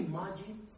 imagine